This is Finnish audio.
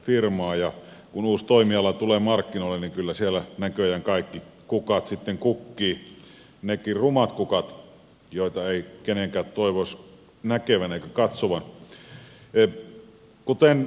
kun uusi toimiala tulee markkinoille niin kyllä siellä näköjään kaikki kukat sitten kukkivat ne rumatkin kukat joita ei kenenkään toivoisi näkevän eikä katsovan